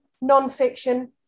non-fiction